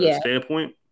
standpoint